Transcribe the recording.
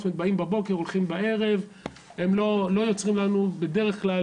זאת אומרת באים בבוקר והולכים בערב והם לא יוצרים לנו בדרך כלל